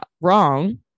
wrong